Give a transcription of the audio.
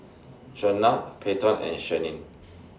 Shawnna Payton and Shianne